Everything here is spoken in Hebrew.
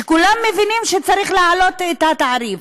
שכולם מבינים שצריך להעלות את התעריף.